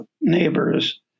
neighbors